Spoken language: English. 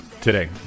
Today